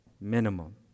minimum